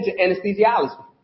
anesthesiology